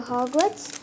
Hogwarts